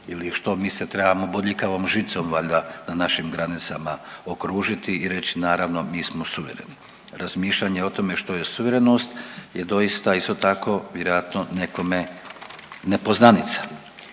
ili što mi se trebamo bodljikavom žicom valjda na našim granicama okružiti i reći naravno mi smo suvereni. Razmišljanje o tome što je suverenost je doista isto tako vjerojatno nekome nepoznanica.